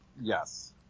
Yes